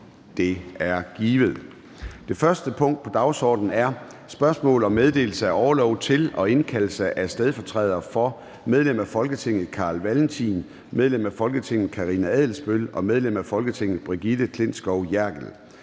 Det er givet. --- Det første punkt på dagsordenen er: 1) Spørgsmål om meddelelse af orlov til og indkaldelse af stedfortrædere for medlem af Folketinget Carl Valentin (SF), medlem af Folketinget Karina Adsbøl (DD) og medlem af Folketinget Brigitte Klintskov Jerkel